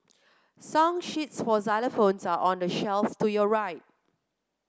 song sheets for xylophones are on the shelf to your right